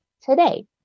today